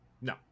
No